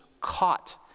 caught